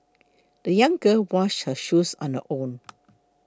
the young girl washed her shoes on her own